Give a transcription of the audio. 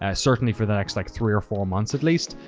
ah certainly for the next like three or four months at least.